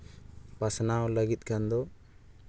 ᱯᱟᱥᱱᱟᱣ ᱞᱟᱹᱜᱤᱫ ᱠᱷᱟᱱᱫᱚ